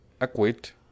acquit